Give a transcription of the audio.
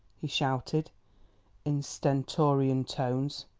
he shouted in stentorian tones.